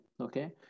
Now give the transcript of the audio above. Okay